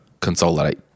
consolidate